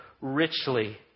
richly